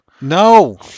No